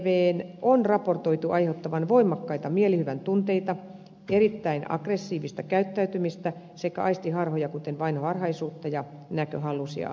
mdpvn on raportoitu aiheuttavan voimakkaita mielihyvän tunteita erittäin aggressiivista käyttäytymistä sekä aistiharhoja kuten vainoharhaisuutta ja näköhallusinaatioita